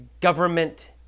government